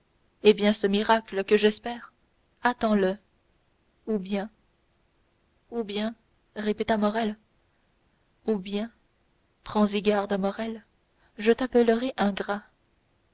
eh bien ce miracle que j'espère attends-le ou bien ou bien répéta morrel ou bien prends-y garde morrel je t'appellerai ingrat